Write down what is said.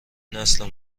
نسل